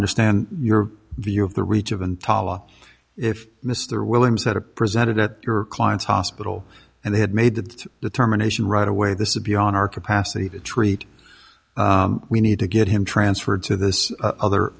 understand your view of the reach of an tala if mr williams had a presented at your client's hospital and they had made that determination right away this is beyond our capacity to treat we need to get him transferred to this other